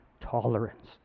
tolerance